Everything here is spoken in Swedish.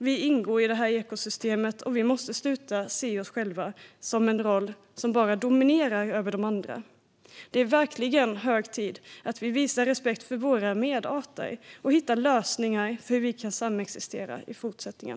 Vi ingår i ekosystemet, och vi måste sluta att se oss själva som att vi har rollen att dominera över de andra. Det är verkligen hög tid att vi visar respekt för våra medarter och hittar lösningar för hur vi kan samexistera i fortsättningen.